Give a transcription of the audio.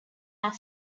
are